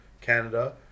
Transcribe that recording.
Canada